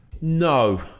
No